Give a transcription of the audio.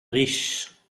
riche